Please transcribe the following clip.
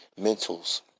mentals